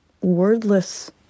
wordless